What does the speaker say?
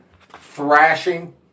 thrashing